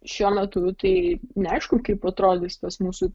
šiuo metu tai neaišku kaip atrodys tas mūsų